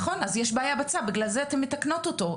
נכון, אז יש בעיה בצו, בגלל זה אתן מתקנות אותו.